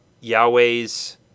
Yahweh's